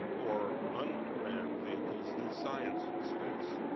or unmanned vehicles do science in space.